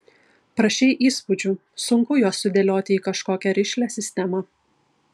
prašei įspūdžių sunku juos sudėlioti į kažkokią rišlią sistemą